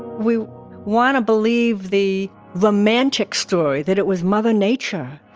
we want to believe the romantic story that it was mother nature.